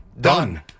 done